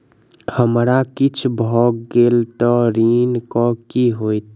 हमरा किछ भऽ गेल तऽ ऋण केँ की होइत?